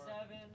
Seven